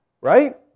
right